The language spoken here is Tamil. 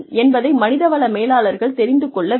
என்பதை மனித வள மேலாளர்கள் தெரிந்து கொள்ள வேண்டும்